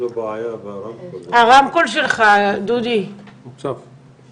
היערכות נפרדת בתוך הרשויות המקומיות על מנת לסייע